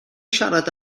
siarad